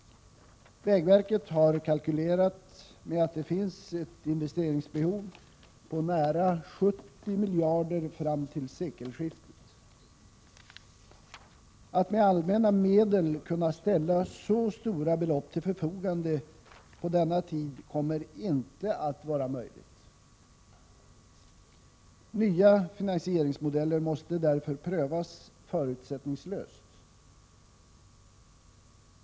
Vägverket har kalkylerat med att det kommer att finnas ett investeringsbehov på nära 70 miljarder kronor fram till sekelskiftet. Det kommer inte att vara möjligt att med allmänna medel kunna ställa så stora belopp till förfogande på denna tid. Nya finansieringsmodeller måste därför prövas förutsättningslöst.